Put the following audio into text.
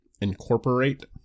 incorporate